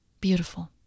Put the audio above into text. Beautiful